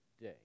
day